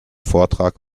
vortrag